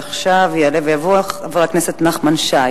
יעלה ויבוא חבר הכנסת נחמן שי